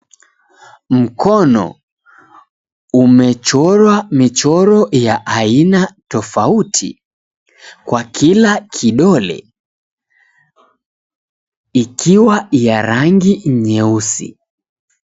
Mkono umechorwa michoro ya aina tofauti. Kwa kila kidole ikiwa ya rangi nyeusi.